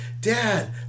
Dad